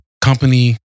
company